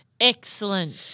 Excellent